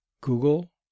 Google